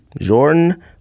Jordan